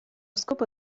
scopo